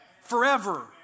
Forever